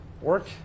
work